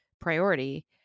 priority